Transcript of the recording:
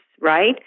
right